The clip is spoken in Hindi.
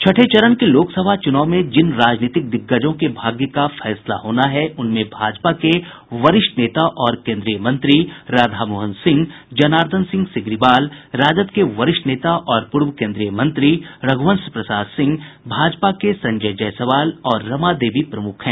छठे चरण के लोकसभा चूनाव में जिन राजनीतिक दिग्गजों के भाग्य का फैसला होना है उनमें भाजपा के वरिष्ठ नेता और केन्द्रीय मंत्री राधामोहन सिंह जनार्दन सिंह सिग्रीवाल राजद के वरिष्ठ नेता और पूर्व केन्द्रीय मंत्री रघ्रवंश प्रसाद सिंह भाजपा के संजय जायसवाल और रमा देवी प्रमुख हैं